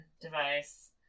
device